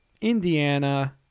Indiana